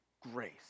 grace